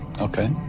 Okay